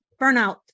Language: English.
Burnout